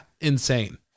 Insane